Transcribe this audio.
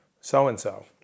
so-and-so